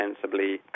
sensibly